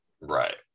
right